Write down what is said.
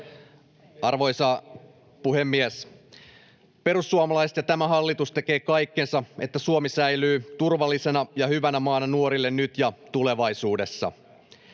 Arvoisa puhemies! Perussuomalaiset ja tämä hallitus tekevät kaikkensa, että Suomi säilyy turvallisena ja hyvänä maana nuorille nyt ja tulevaisuudessa.